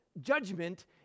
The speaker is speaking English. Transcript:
judgment